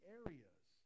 areas